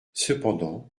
cependant